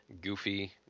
Goofy